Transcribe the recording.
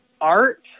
art